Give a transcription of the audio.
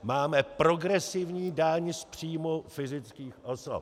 Máme progresivní daň z příjmů fyzických osob.